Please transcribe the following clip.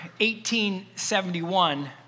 1871